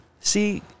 see